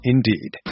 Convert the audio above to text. Indeed